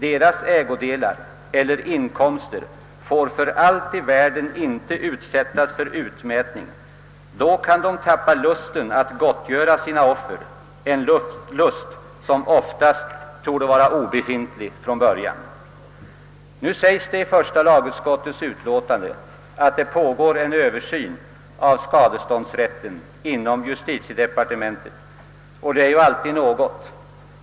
Deras ägodelar eller inkomster får för allt i världen inte utsättas för utmätning eller införsel; då kan de tappa lusten att gottgöra sina offer, en lust som oftast torde vara obefintlig från början. Det sägs i första lagutskottets utlåtande att det pågår en översyn av skadeståndsrätten inom justitiedepartementet, och det är ju alltid något.